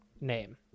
name